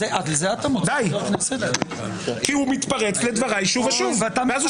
--- הוא מתפרץ לדבריי שוב ושוב --- ואתה